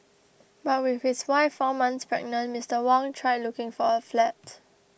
but with his wife four months pregnant Mister Wang tried looking for a flat